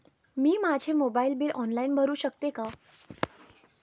मी माझे mobile bill online भरू शकते का?